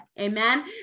amen